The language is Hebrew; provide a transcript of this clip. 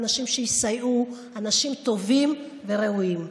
ואנשים טובים וראויים שיסייעו.